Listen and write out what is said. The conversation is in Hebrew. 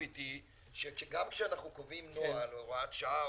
גם כשאנחנו קובעים נוהל או הוראת שעה,